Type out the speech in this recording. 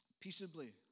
Peaceably